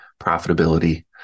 profitability